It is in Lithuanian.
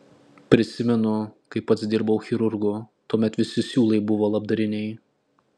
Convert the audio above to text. prisimenu kai pats dirbau chirurgu tuomet visi siūlai buvo labdariniai